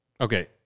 okay